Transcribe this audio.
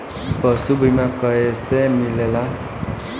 पशु बीमा कैसे मिलेला?